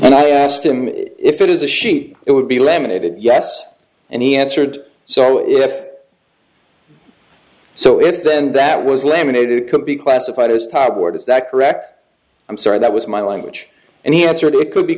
and i asked him if it is a sheep it would be laminated yes and he answered so if so if then that was laminated it could be classified as top word is that correct i'm sorry that was my language and he answered it could be